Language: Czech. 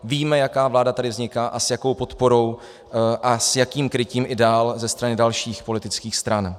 Víme, jaká vláda tady vzniká a s jakou podporou a s jakým krytím i dál ze strany dalších politických stran.